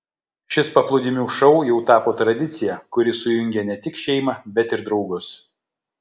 šis paplūdimių šou jau tapo tradicija kuri sujungia ne tik šeimą bet ir draugus